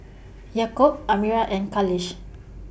Yaakob Amirah and Khalish